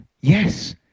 yes